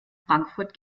frankfurt